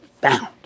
found